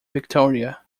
victoria